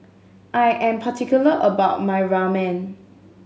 I am particular about my Ramen